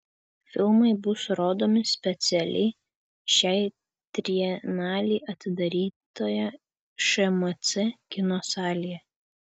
filmai bus rodomi specialiai šiai trienalei atidarytoje šmc kino salėje